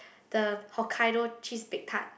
the Hokkaido cheese baked tart